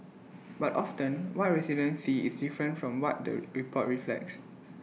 but often what residents see is different from what the report reflects